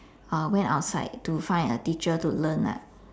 uh went outside to find a teacher to learn ah